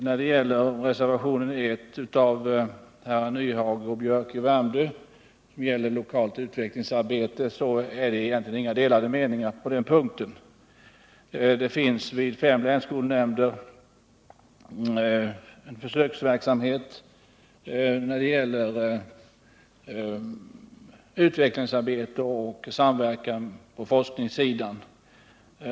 När det gäller reservationen 1 av Hans Nyhage och Gunnar Biörck i Värmdö, som gäller lokalt utvecklingsarbete inom skolväsendet, kan konstateras att det inte råder några delade meningar på den punkten. Det pågår vid fem länsskolnämnder en försöksverksamhet när det gäller utvecklingsarbete och samverkan på forskningssidan.